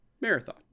Marathon